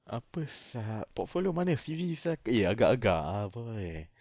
apasal portfolio mana C_V sak~ eh agak agak eh bro eh